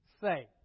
say